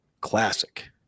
Classic